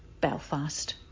belfast